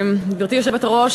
גברתי היושבת-ראש,